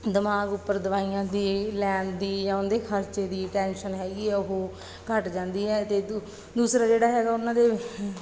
ਦਿਮਾਗ ਉੱਪਰ ਦਵਾਈਆਂ ਦੀ ਲੈਣ ਦੀ ਜਾਂ ਉਹਦੇ ਖਰਚੇ ਦੀ ਟੈਂਸ਼ਨ ਹੈਗੀ ਹੈ ਉਹ ਘੱਟ ਜਾਂਦੀ ਹੈ ਅਤੇ ਦੂ ਦੂਸਰਾ ਜਿਹੜਾ ਹੈਗਾ ਉਹਨਾਂ ਦੇ